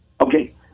Okay